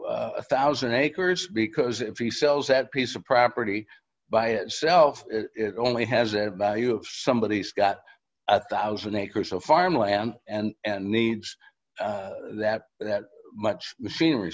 one thousand acres because if he sells that piece of property by itself it only has a value somebody's got a one thousand acres of farmland and needs that that much machinery